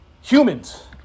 humans